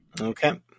Okay